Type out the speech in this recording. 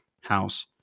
house